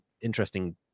interesting